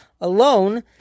alone